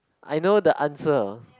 I know the answer